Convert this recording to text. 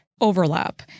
Overlap